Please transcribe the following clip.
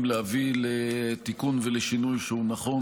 להביא לתיקון ולשינוי שהוא נכון.